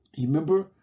remember